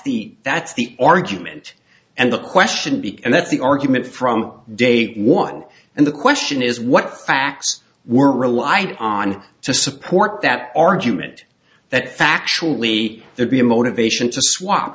the that's the argument and the question being and that's the argument from day one and the question is what facts were relied on to support that argument that factually there be a motivation to sw